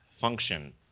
function